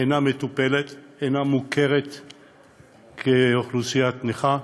אינה מטופלת, אינה מוכרת כאוכלוסייה נכה,